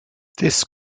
this